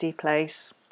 place